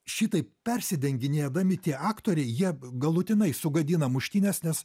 šitaip persidenginėdami tie aktoriai jie galutinai sugadina muštynes nes